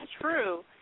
true